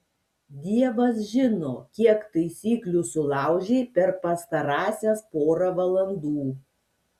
dievas žino kiek taisyklių sulaužei per pastarąsias porą valandų